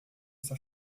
está